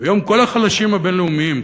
ויום כל החלשים הבין-לאומיים,